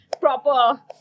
proper